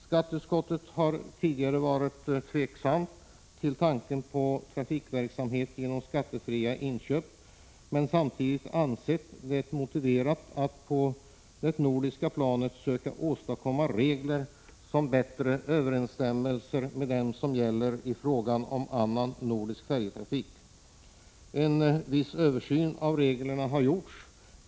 Skatteutskottet har tidigare varit tveksamt till tanken att stödja den berörda trafikverksamheten genom skattefria inköp, men samtidigt ansett det motiverat att på det nordiska planet söka åstadkomma regler som bättre överensstämmer med dem som gäller i fråga om annan nordisk färjetrafik. En viss översyn av reglerna har gjorts.